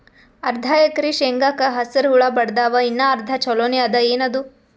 ಅರ್ಧ ಎಕರಿ ಶೇಂಗಾಕ ಹಸರ ಹುಳ ಬಡದಾವ, ಇನ್ನಾ ಅರ್ಧ ಛೊಲೋನೆ ಅದ, ಏನದು?